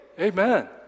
Amen